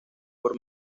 por